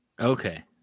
Okay